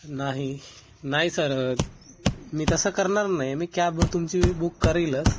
नाही नाही सर मी तसं करणार नाही मी कॅब तुमची बुक करेलच